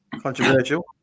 controversial